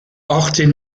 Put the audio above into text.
achtzehn